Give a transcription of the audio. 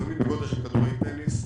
לפעמים בגודל של כדורי טניס,